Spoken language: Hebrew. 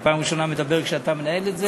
פעם ראשונה שאני מדבר כשאתה מנהל את זה.